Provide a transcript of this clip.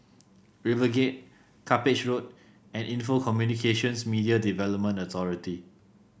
River Gate Cuppage Road and Info Communications Media Development Authority